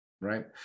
right